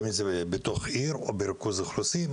האם זה בתוך עיר או בריכוז אוכלוסין?